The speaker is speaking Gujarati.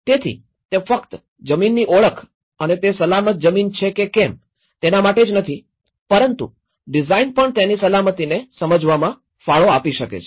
તેથી તે ફક્ત જમીનની ઓળખ અને તે સલામત જમીન છે કે કેમ તેના માટે જ નથી પરંતુ ડિઝાઇન પણ તેની સલામતીને સમજવામાં ફાળો આપી શકે છે